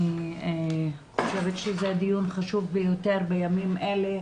אני חושבת שזה דיון חשוב ביותר בימים אלה,